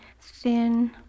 thin